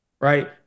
Right